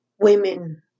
Women